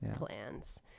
plans